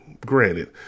granted